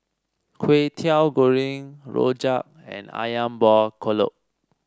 Kway Teow Goreng rojak and ayam Buah Keluak